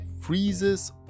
freezes